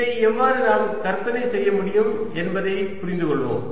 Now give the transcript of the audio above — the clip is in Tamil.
l இதை எவ்வாறு நாம் கற்பனை செய்ய முடியும் என்பதைப் புரிந்துகொள்வோம்